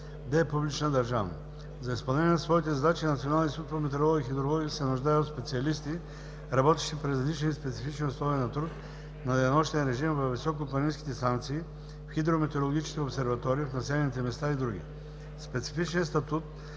е публична държавна. За изпълнение на своите задачи Националният институт по метеорология и хидрология се нуждае от специалисти, работещи при различни и специфични условия на труд – на денонощен режим във високопланинските станции, в хидрометеорологичните обсерватории, в населените места и други. Специфичният статут,